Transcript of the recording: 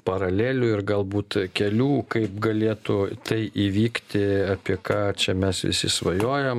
paralelių ir galbūt kelių kaip galėtų tai įvykti apie ką čia mes visi svajojam